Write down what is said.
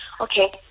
okay